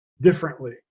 differently